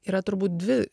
yra turbūt dvi